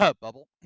bubble